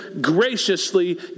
graciously